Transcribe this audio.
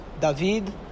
David